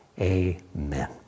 Amen